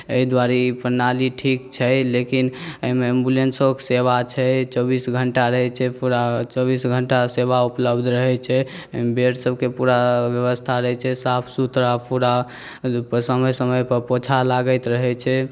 एहि दुआरे ई प्रणाली ठीक छै लेकिन एहिमे एम्बुलेन्सोके सेवा छै चौबीसो घन्टा रहै छै पूरा चौबीस घन्टा सेवा उपलब्ध रहै छै बेड सबके पूरा व्यवस्था रहै छै साफ सुथरा पूरा समय समयपर पोछा लागैत रहै छै